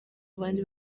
abandi